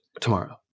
tomorrow